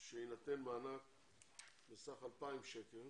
שיינתן מענק בסך 2,000 שקל